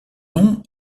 nom